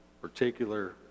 particular